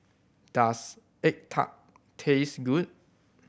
does egg tart taste good